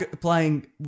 playing